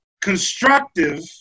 constructive